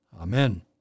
Amen